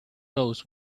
knows